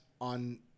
on